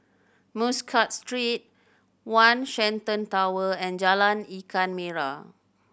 Muscat Street One Shenton Tower and Jalan Ikan Merah